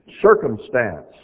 circumstance